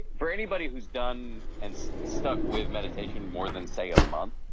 for anybody who's done and stuck with meditation more than say a month,